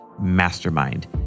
mastermind